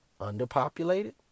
underpopulated